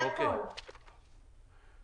לא פעל